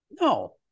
No